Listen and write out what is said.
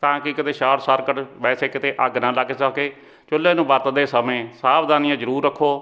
ਤਾਂ ਕਿ ਕਿਤੇ ਸ਼ਾਟ ਸਾਰਕਟ ਵੈਸੇ ਕਿਤੇ ਅੱਗ ਨਾ ਲੱਗ ਸਕੇ ਚੁੱਲ੍ਹੇ ਨੂੰ ਵਰਤਦੇ ਸਮੇਂ ਸਾਵਧਾਨੀਆਂ ਜ਼ਰੂਰ ਰੱਖੋ